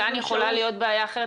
אבל כאן יכולה להיות בעיה אחרת,